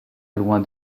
loin